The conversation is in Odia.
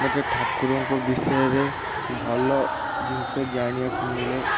ମତେ ଠାକୁରଙ୍କ ବିଷୟରେ ଭଲ ଜିନିଷ ଜାଣିବାକୁ ମିଳେ